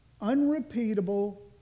unrepeatable